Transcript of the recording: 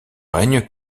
règne